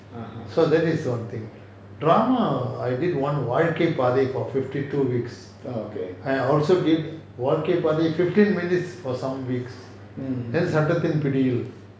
so that is [one] thing drama I did one Vaazhkai Paathai paathai for fifty two weeks I also did Vaazhkai Paathai paathai fifteen minutes for some weeks then Sattathin Pidiyil pidiyil